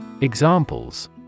Examples